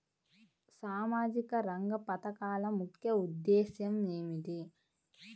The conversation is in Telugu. సామాజిక రంగ పథకాల ముఖ్య ఉద్దేశం ఏమిటీ?